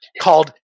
called